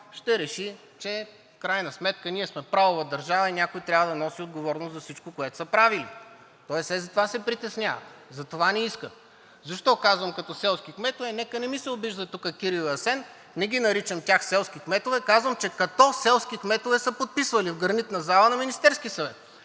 ще реши, че в крайна сметка ние сме правова държава и някой трябва да носи отговорност за всичко, което са правили. Тоест те затова се притесняват, затова не искат. Защо казвам като селски кметове – нека не ми се обиждат тука Кирил и Асен, не ги наричам тях селски кметове, казвам, че като селски кметове са подписвали в Гранитната зала на Министерския съвет.